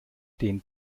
den